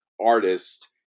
artist